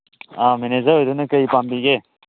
ꯑꯥ manager ꯑꯣꯏꯗꯣꯏꯅꯦ ꯀꯔꯤ ꯄꯥꯝꯕꯤꯒꯦ